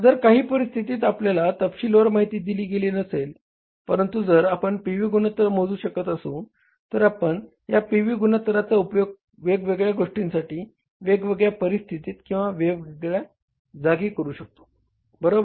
जर काही परिस्थितीत आपल्याला तपशीलवार माहिती दिली गेली नसेल परंतु जर आपण पी व्ही गुणोत्तर मोजू शकत असू तर आपण या पी व्ही गुणोत्तराचा उपयोग वेगवेगळ्या गोष्टींसाठी वेगवेगळ्या परिस्थितीत किंवा वेगवेगळ्या जागी करू शकतो बरोबर